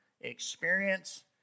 experience